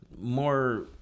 more